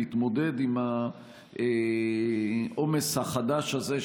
להתמודד עם העומס החדש הזה,